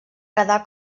quedar